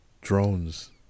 drones